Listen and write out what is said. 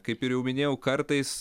kaip ir jau minėjau kartais